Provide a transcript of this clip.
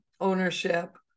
ownership